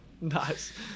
Nice